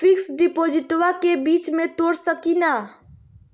Fix डिपोजिटबा के बीच में तोड़ सकी ना?